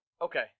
Okay